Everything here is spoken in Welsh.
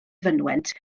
fynwent